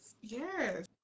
Yes